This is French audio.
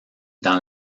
dans